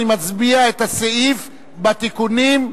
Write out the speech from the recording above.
אני מצביע על הסעיף בתיקונים,